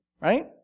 right